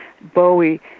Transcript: Bowie